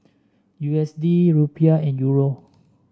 U S D Rupiah and Euro